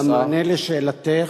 במענה על שאלתך,